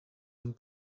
and